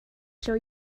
show